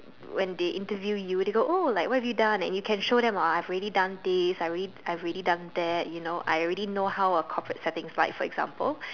when they interview you they go oh like what have you done and you can show them uh I've already done this I've already I've already done that you know I already know how a corporate setting is like for example